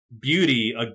beauty